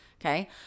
okay